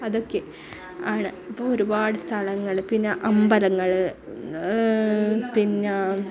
അതൊക്കെ ആണ് അപ്പോൾ ഒരുപാട് സ്ഥലങ്ങൾ പിന്നെ അമ്പലങ്ങൾ പിന്നെ